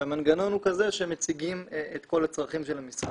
והמנגנון הוא כזה שהם מציגים את כל הצרכים של המשרד.